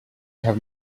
have